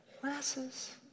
Glasses